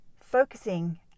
focusing